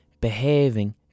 Behaving